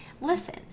listen